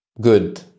Good